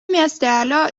miestelio